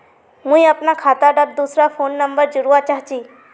मुई अपना खाता डात दूसरा फोन नंबर जोड़वा चाहची?